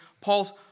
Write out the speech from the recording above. Paul's